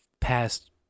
past